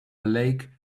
lake